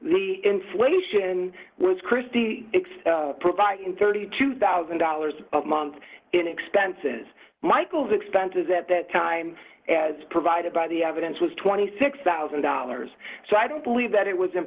the inflation was christy providing thirty two thousand dollars a month in expenses michael's expenses at that time as provided by the evidence was twenty six thousand dollars so i don't believe that it was i